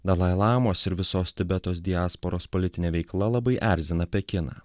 dalai lamos ir visos tibeto diasporos politine veikla labai erzina pekiną